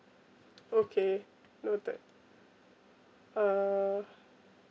okay noted uh